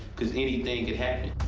cause anything could happen.